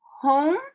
home